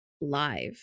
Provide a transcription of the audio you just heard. live